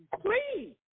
please